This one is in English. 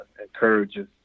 encourages